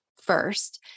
first